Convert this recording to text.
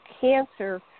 cancer